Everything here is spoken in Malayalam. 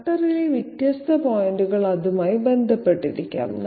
കട്ടറിലെ വ്യത്യസ്ത പോയിന്റുകൾ അതുമായി ബന്ധപ്പെട്ടിരിക്കാം